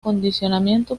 condicionamiento